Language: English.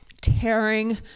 tearing